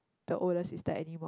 the older sister anymore